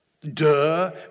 Duh